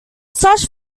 such